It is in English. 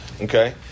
Okay